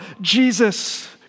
Jesus